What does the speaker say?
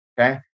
Okay